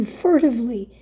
furtively